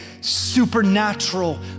supernatural